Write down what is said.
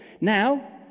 Now